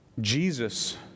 Jesus